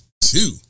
two